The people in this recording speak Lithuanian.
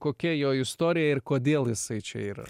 kokia jo istorija ir kodėl jisai čia yra